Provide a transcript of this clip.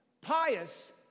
pious